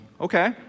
Okay